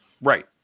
Right